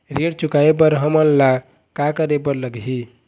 ऋण चुकाए बर हमन ला का करे बर लगही?